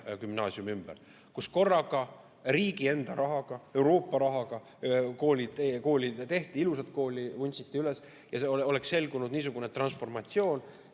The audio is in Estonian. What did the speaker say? Gümnaasiumi ümber, kus korraga riigi enda rahaga, Euroopa rahaga tehti ilusat kooli, kool vuntsiti üles, ja oleks ilmnenud niisugune transformatsioon,